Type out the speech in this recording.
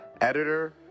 editor